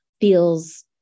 feels